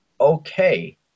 okay